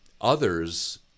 Others